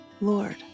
Lord